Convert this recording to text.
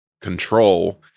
control